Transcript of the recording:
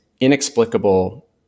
inexplicable